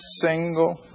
single